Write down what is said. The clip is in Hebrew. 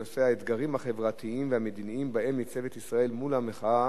בנושא: האתגרים החברתיים והמדיניים שבהם ניצבת ישראל מול המחאה